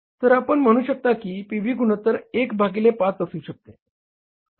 तर आपण म्हणू शकता की पी व्ही गुणोत्तर 1 भागिले 5 असू शकते